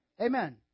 Amen